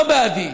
לא בעדי,